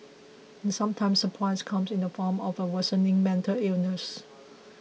and sometimes price comes in the form of a worsening mental illness